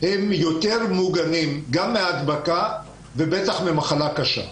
יותר מוגנים גם מהדבקה ובטח ממחלה קשה.